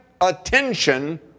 attention